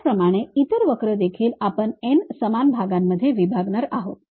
त्याचप्रमाणे इतर वक्र देखील आपण n समान भागांमध्ये विभागणार आहोत